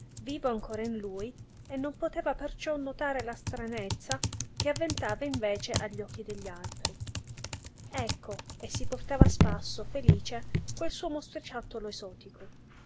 vivo ancora in lui e non poteva perciò notarne la stranezza che avventava invece agli occhi degli altri ecco e si portava a spasso felice quel suo mostriciattolo esotico